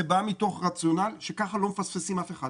זה בא מתוך רציונל שככה לא מפספסים אף אחד